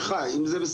אם זה בהדרכה,